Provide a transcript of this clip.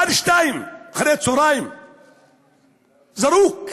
עד 14:00, זרוק,